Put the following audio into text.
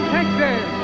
Texas